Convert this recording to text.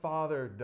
Father